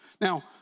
Now